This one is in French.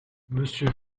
monsieur